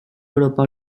europa